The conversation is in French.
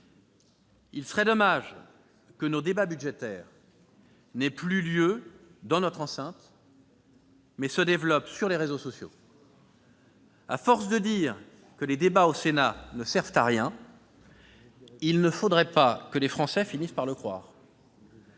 il serait dommage que nos débats budgétaires n'aient plus lieu dans notre enceinte, mais se développent sur les réseaux sociaux. À force de dire que les débats au Sénat ne servent à rien, il ne faudrait pas que les Français finissent par le croire.